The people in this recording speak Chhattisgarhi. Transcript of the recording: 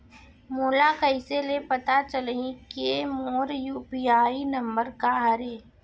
मोला कइसे ले पता चलही के मोर यू.पी.आई नंबर का हरे?